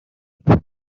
پسرا